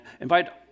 invite